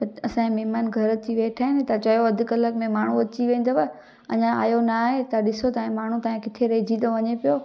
असांजा महिमान घर अची वेठा आहिनि त चयो अधि कलाकु में माण्हू अची वेंदव अञा आयो ना आहे तव्हां ॾिसो तव्हांजे माण्हू तव्हांजे किथे रहजी थो वञे पियो